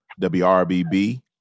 WRBB